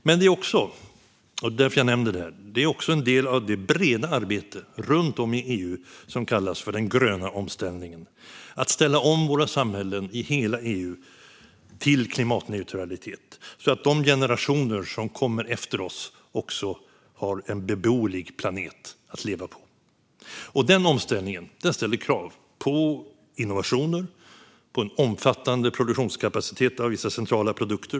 Men det är också, och det är därför jag nämner det, en del av det breda arbete runt om i EU som kallas för den gröna omställningen - att ställa om våra samhällen i hela EU till klimatneutralitet så att de generationer som kommer efter oss har en beboelig planet att leva på. Denna omställning ställer krav på innovationer och en omfattande produktionskapacitet när det gäller vissa centrala produkter.